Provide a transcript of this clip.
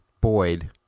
Boyd